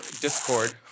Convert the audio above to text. Discord